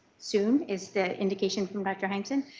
soon is the indication from dr. heinssen.